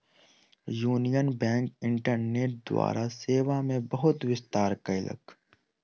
union Bank internet द्वारा सेवा मे बहुत विस्तार कयलक